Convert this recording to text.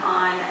on